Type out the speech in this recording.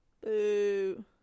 Boo